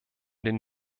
den